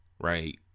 right